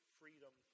freedom